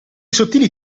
sottili